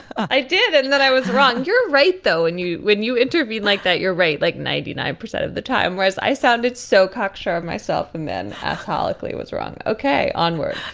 i did. and then i was wrong. you're right, though. and you when you interviewed like that, you're right like ninety nine percent of the time, whereas i sounded so cocksure of myself and then how likely was wrong? okay, onward